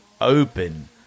open